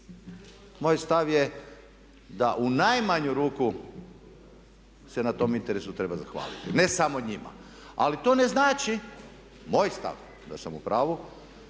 moj stav je da u najmanju ruku se na tom interesu treba zahvaliti ne samo njima, ali to ne znači, moj stav da sam u pravu,